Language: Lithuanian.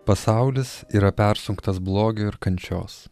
pasaulis yra persunktas blogio ir kančios